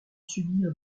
subir